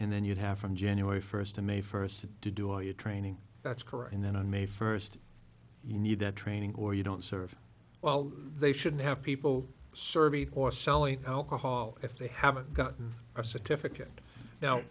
and then you'd have from january first to may first to do all your training that's correct and then on may first you need that training or you don't serve well they shouldn't have people serving or selling alcohol if they haven't gotten a certificate now